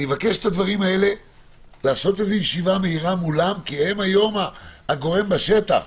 אני מבקש את הדברים האלה לעשות ישיבה מהירה מולם כי אלה הגורמים בשטח.